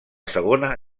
segona